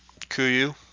Kuyu